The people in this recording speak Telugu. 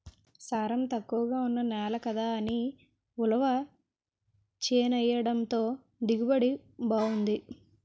సారం తక్కువగా ఉన్న నేల కదా అని ఉలవ చేనెయ్యడంతో దిగుబడి బావుంది